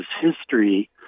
history